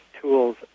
Tool's